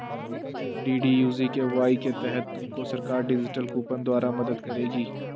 DDU GKY के तहत तुमको सरकार डिजिटल कूपन द्वारा मदद करेगी